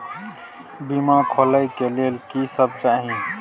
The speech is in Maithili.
बीमा खोले के लेल की सब चाही?